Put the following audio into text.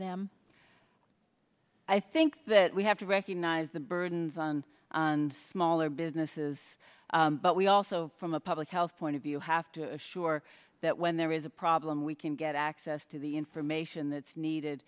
them i think that we have to recognize the burdens on smaller businesses but we also from a public health point of view have to assure that when there is a problem we can get access to the information that's needed